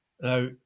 Now